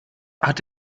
hat